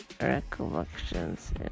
recollections